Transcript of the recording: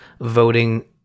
voting